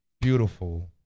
beautiful